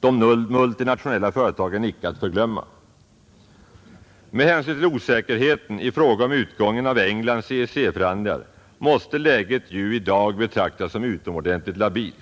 de multinationella företagen icke att förglömma. Med hänsyn till osäkerheten i fråga om utgången av Englands EEC-förhandlingar måste läget i dag betraktas som utomordentligt labilt.